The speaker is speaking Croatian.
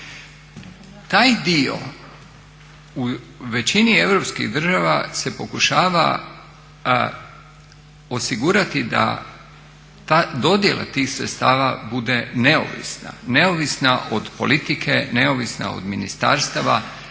Taj dio u većini europskih država se pokušava osigurati da ta dodjela tih sredstava bude neovisna, neovisna od politike, neovisna od ministarstava